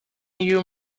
you